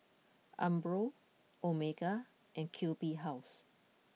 Umbro Omega and Q B House